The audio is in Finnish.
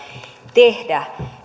tehdä